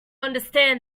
understand